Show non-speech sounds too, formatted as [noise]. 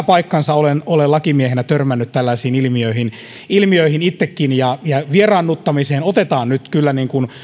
[unintelligible] paikkansa olen lakimiehenä törmännyt tällaisiin ilmiöihin ilmiöihin itsekin ja vieraannuttamiseen otetaan nyt kyllä